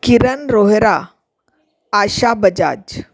Kiran Rohira Asha Bajaj